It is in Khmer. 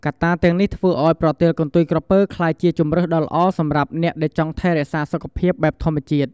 កត្តាទាំងនេះធ្វើឲ្យប្រទាលកន្ទុយក្រពើក្លាយជាជម្រើសដ៏ល្អសម្រាប់អ្នកដែលចង់ថែរក្សាសុខភាពបែបធម្មជាតិ។